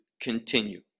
continue